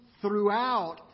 throughout